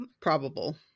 Probable